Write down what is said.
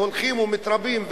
שהולכים ומתרבים,